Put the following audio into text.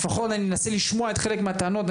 לפחות אני מנסה לשמוע חלק מהטענות.